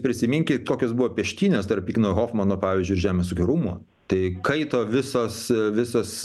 prisiminkit kokios buvo peštynės tarp igno hofmano pavyzdžiui ir žemės ūkio rūmų tai kaito visos visos